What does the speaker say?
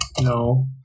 No